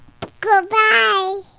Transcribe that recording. Goodbye